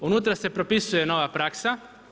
Unutra se propisuje nova praksa.